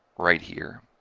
right here,